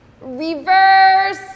reverse